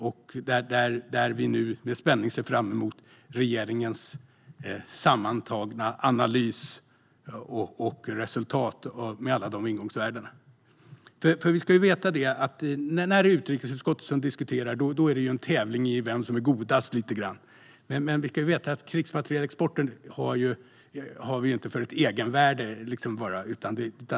Nu ser vi med spänning fram emot regeringens sammantagna analys och resultat av de ingångsvärdena. När utrikesutskottet diskuterar är det lite av en tävling om vem som är godast. Men krigsmaterielexport har inget egenvärde.